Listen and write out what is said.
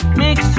mix